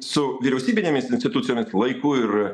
su vyriausybinėmis institucijomis laiku ir